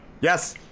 Yes